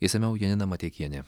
išsamiau janina mateikienė